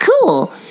cool